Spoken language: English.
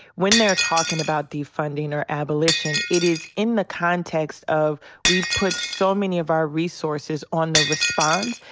when they're talking about defunding or abolition it is in the context of we've put so many of our resources on the response.